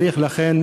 שיחות.